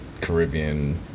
Caribbean